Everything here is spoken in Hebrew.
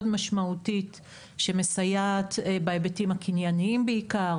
משמעותית שמסייעת בהיבטים הקנייניים בעיקר,